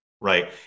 right